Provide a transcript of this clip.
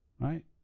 Right